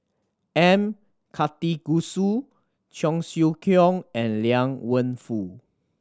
M Karthigesu Cheong Siew Keong and Liang Wenfu